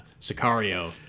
Sicario